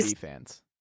fans